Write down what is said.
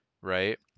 right